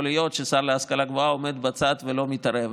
להיות שהשר להשכלה גבוהה עומד בצד ולא מתערב.